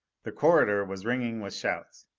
the corridor was ringing with shouts.